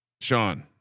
Sean